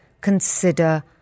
consider